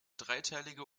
dreiteilige